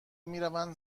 میروند